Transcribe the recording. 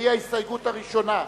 וזו ההסתייגות הראשונה.